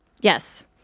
yes